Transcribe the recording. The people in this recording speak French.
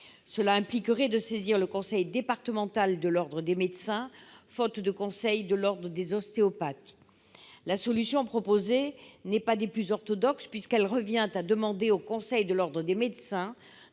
Cela impliquerait de saisir le conseil départemental de l'ordre des médecins, faute de conseil de l'ordre des ostéopathes. La solution proposée n'est pas des plus orthodoxes, puisqu'elle revient à demander au Conseil de l'ordre des médecins